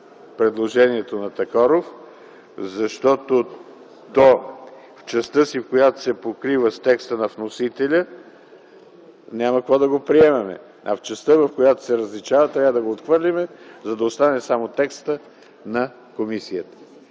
предложението на Такоров, защото в частта си, в която се покрива с текста на вносителя, няма какво да го приемаме; а в частта, в която се различава, трябва да го отхвърлим, за да остане само текстът на комисията.